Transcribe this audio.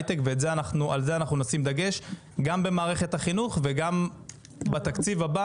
גם במערכת החינוך וגם בתקציב הבא אנחנו נדאג לתקצב עמותות,